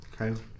okay